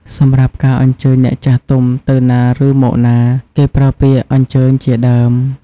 សម្រាប់ការអញ្ជើញអ្នកចាស់ទុំទៅណាឬមកណា គេប្រើពាក្យ "អញ្ជើញ" ជាដើម។